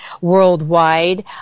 Worldwide